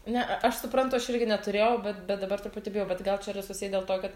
nea aš suprantu aš irgi neturėjau bet bet dabar truputį bijau bet gal čia yra susiję dėl to kad